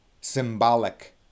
symbolic